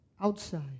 outside